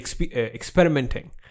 Experimenting